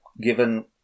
given